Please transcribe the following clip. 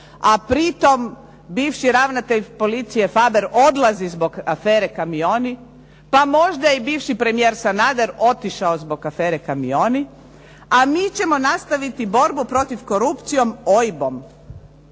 a pritom bivši ravnatelj policije Faber odlazi zbog afere "Kamioni", pa možda je i bivši premijer Sanader otišao zbog afere "Kamioni", a mi ćemo nastaviti borbu protiv korupcije OIB-om?